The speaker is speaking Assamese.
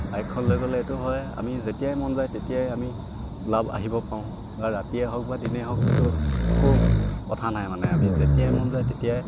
বাইকখন লৈ গ'লে এইটো হয় আমি যেতিয়াই মন যায় তেতিয়াই আমি ওলাব আহিব পাওঁ বা ৰাতিয়ে হওক বা দিনে হওক এইটো একো কথা নাই মানে আমি যেতিয়াই মন যায় তেতিয়াই